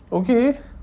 okay